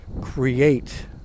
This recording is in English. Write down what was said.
Create